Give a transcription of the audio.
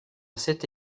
cette